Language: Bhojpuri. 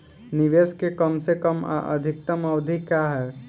निवेश के कम से कम आ अधिकतम अवधि का है?